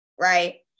right